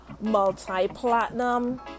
multi-platinum